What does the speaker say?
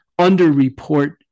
underreport